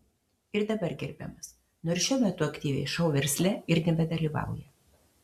ir dabar gerbiamas nors šiuo metu aktyviai šou versle ir nebedalyvauja